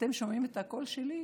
אתם שומעים את הקול שלי?